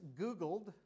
Googled